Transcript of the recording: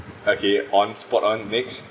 okay on spot on next